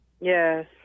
Yes